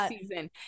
season